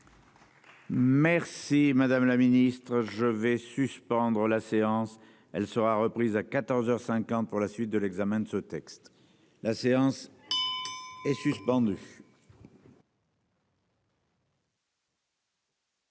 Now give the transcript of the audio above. Merci madame la ministre je vais suspendre la séance. Elle sera reprise à 14h 50 pour la suite de l'examen de ce texte la séance. Suspendu.